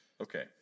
Okay